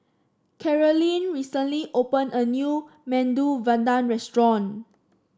Carolyne recently opened a new Medu Vada Restaurant